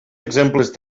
exemples